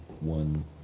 one